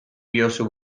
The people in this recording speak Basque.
diozu